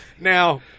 Now